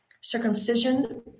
circumcision